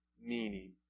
meaning